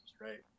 right